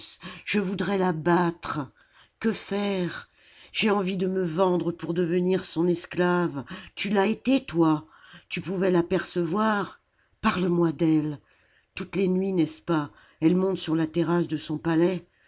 je voudrais la battre que faire j'ai envie de me vendre pour devenir son esclave tu l'as été toi tu pouvais fapercevoir parle-moi d'elle toutes les nuits n'est-ce pas elle monte sur la terrasse de son palais